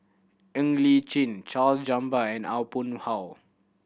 Ng Li Chin Charles Gamba and Aw Boon Haw